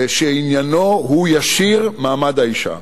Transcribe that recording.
שעניינו הוא ישיר: מעמד האשה.